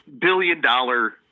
billion-dollar